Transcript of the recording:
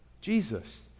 Jesus